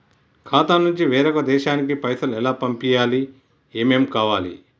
ఖాతా నుంచి వేరొక దేశానికి పైసలు ఎలా పంపియ్యాలి? ఏమేం కావాలి?